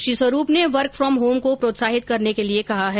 श्री स्वरूप ने work from home को प्रोत्साहित करने के लिये कहा है